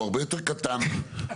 שר האוצר הרבה יותר קטן כרגע.